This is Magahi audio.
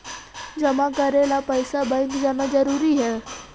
जमा करे ला पैसा बैंक जाना जरूरी है?